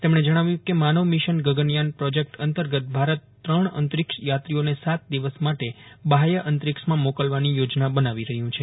તેમજ્ઞે જજ્ઞાવ્યું કે માનવમિશન ગગનયાન પ્રોજેક્ટ અંતર્ગત ભારત ત્રજ્ઞ અંતરિક્ષ યાત્રીઓને સાત દિવસ માટે બાહ્ય અંતરિક્ષમાં મોકલવાની યોજના બનાવી રહ્યું છે